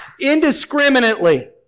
indiscriminately